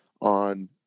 on